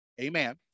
Amen